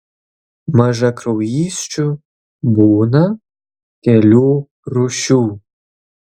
mažakraujysčių būna kelių rūšių